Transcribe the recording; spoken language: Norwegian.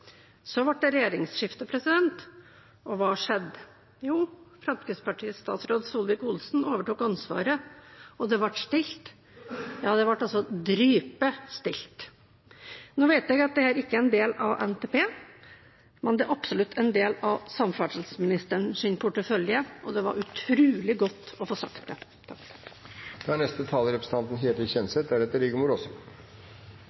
Så ble det regjeringsskifte, og hva skjedde? Fremskrittspartiets statsråd Solvik-Olsen overtok ansvaret, og det ble stille – dørgende stille. Nå vet jeg at dette ikke er en del av NTP, men det er absolutt en del av samferdselsministerens portefølje – og det var utrolig godt å få sagt! Denne nasjonale transportplanen er en rekordsatsing på tog. Det er